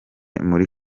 muri